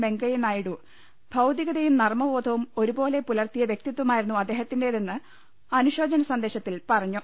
വെങ്കയ്യനായിഡു ബൌദ്ധികതയും നർമ്മബോ ധവും ഒരേപോലെ പുലർത്തിയ വ്യക്തിത്വമായിരുന്നു അദ്ദേഹത്തിന്റേ തെന്ന് അനുശോചന സന്ദേശത്തിൽ പറഞ്ഞു